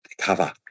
cover